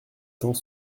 cent